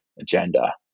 agenda